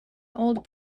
old